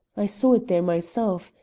i saw it there myself.